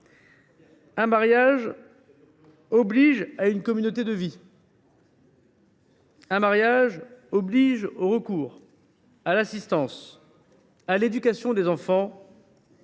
Un mariage oblige à une communauté de vie. Un mariage oblige au secours, à l’assistance, à l’éducation des enfants